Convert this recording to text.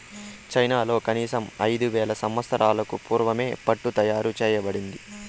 చైనాలో కనీసం ఐదు వేల సంవత్సరాలకు పూర్వమే పట్టు తయారు చేయబడింది